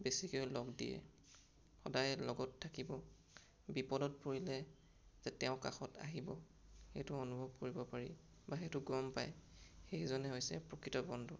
বেছিকৈ লগ দিয়ে সদায় লগত থাকিব বিপদত পৰিলে যে তেওঁ কাষত আহিব সেইটো অনুভৱ কৰিব পাৰি বা সেইটো গম পায় সেইজনেই হৈছে প্ৰকৃত বন্ধু